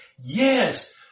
Yes